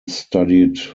studied